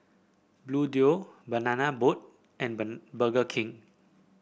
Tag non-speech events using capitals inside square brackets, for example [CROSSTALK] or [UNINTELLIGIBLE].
Bluedio Banana Boat and [UNINTELLIGIBLE] Burger King